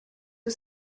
who